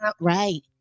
Right